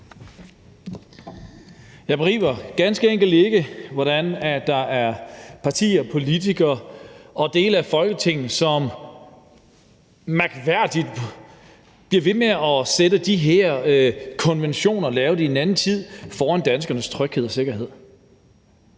Jeg begriber ganske enkelt ikke, hvordan der kan være partier, politikere og dele af Folketinget, som mærkværdigt nok bliver ved med at sætte de her konventioner lavet i en anden tid over danskernes tryghed og sikkerhed.